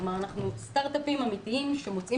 כלומר אנחנו סטארטאפים אמיתיים שמוצאים